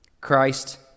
Christ